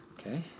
Okay